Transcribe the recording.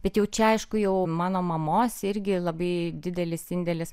bet jau čia aišku jau mano mamos irgi labai didelis indėlis